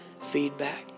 feedback